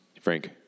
Frank